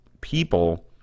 people